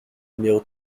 numéro